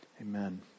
Amen